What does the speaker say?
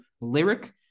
lyric